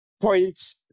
points